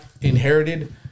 inherited